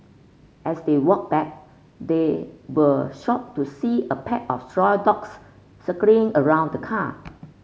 as they walked back they were shocked to see a pack of stray dogs circling around the car